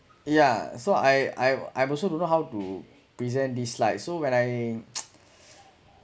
yeah so I I I also don't know how to present this slides so when I